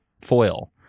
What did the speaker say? foil